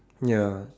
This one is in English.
ya